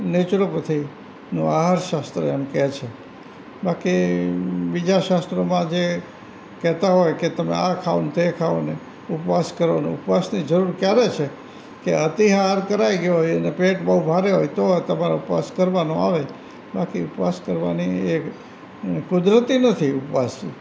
નેચરોપેથીનો આહાર શાસ્ત્ર એમ કહે છે બાકી બીજા શાસ્ત્રમાં જે કહેતાં હોય કે તમે આ ખાવ ને તે ખાવો ને ઉપવાસ કરો ને ઉપવાસની જરૂર કયારે છે કે અતિહાર કરાઈ ગયો હોય અને પેટ બહું ભારે હોય તો તમારે ઉપવાસ કરવાનો આવે બાકી ઉપવાસ કરવાની એ કુદરતી નથી ઉપવાસ